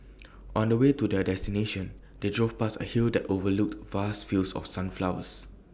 on the way to their destination they drove past A hill that overlooked vast fields of sunflowers